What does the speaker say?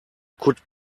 could